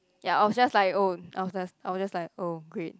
ya I was just like oh I was I was just like oh great